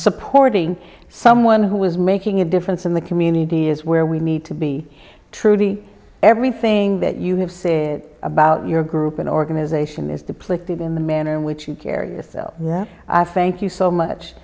supporting someone who is making a difference in the community is where we need to be truly everything that you have said about your group an organization is depleted in the manner in which you carry yourself i thank you so much